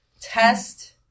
Test